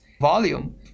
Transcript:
volume